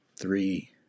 Three